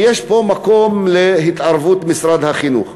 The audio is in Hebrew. ויש פה מקום להתערבות משרד החינוך.